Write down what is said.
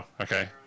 okay